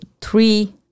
three